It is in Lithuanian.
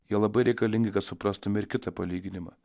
jie labai reikalingi kad suprastume ir kitą palyginimą